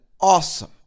awesome